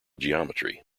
geometry